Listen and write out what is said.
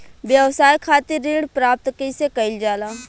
व्यवसाय खातिर ऋण प्राप्त कइसे कइल जाला?